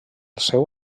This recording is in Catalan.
seu